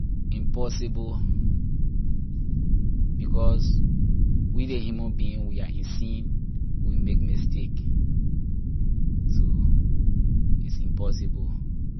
Impossible because we ley human being we are in sin we make mistake. So it’s impossible